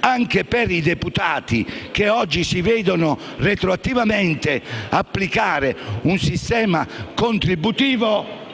anche per i deputati che oggi si vedono retroattivamente applicare un sistema contributivo.